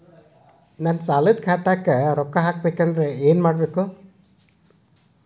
ನನ್ನ ಸಾಲದ ಖಾತಾಕ್ ರೊಕ್ಕ ಹಾಕ್ಬೇಕಂದ್ರೆ ಏನ್ ಮಾಡಬೇಕು?